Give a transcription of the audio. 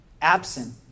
absent